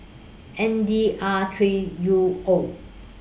N D R three U O